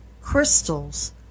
crystals